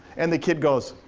and the kid goes,